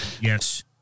Yes